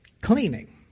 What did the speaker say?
cleaning